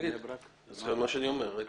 אחד